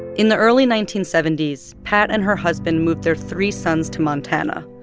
in the early nineteen seventy s, pat and her husband moved their three sons to montana.